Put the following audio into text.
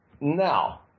Now